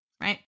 Right